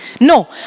No